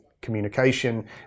communication